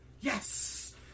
Yes